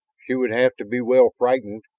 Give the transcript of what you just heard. she would have to be well frightened,